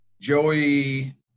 Joey